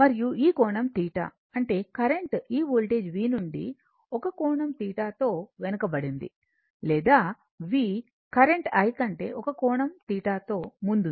మరియు ఈ కోణం θ అంటే కరెంట్ ఈ వోల్టేజ్ V నుండి ఒక కోణం θ తో వెనుకబడింది లేదా V కరెంట్ I కంటే ఒక కోణం θ తో ముందుంది